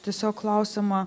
tiesiog klausiama